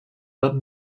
pape